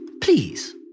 please